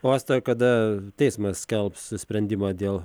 o asta kada teismas skelbs sprendimą dėl